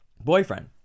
boyfriend